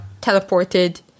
teleported